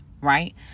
right